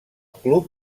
club